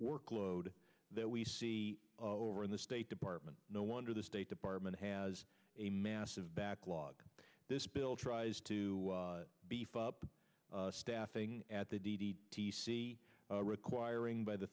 workload that we see over in the state department no wonder the state department has a massive backlog this bill tries to beef up staffing at the d t c requiring by the